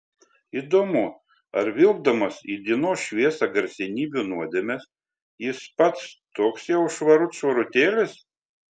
įdomu ar vilkdamas į dienos šviesą garsenybių nuodėmes jis pats toks jau švarut švarutėlis